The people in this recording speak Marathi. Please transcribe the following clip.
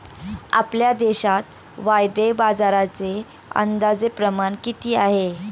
आपल्या देशात वायदे बाजाराचे अंदाजे प्रमाण किती आहे?